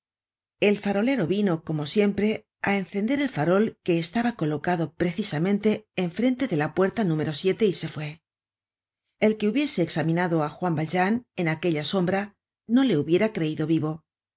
el farolero vino como siempre á encender el farol que estaba colocado precisamente en frente de la puerta núm y se fué el que hubiese examinado á juan valjean en aquella sombra no le hubiera creido vivo